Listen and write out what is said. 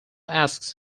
asks